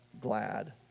glad